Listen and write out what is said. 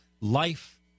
life